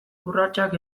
urratsak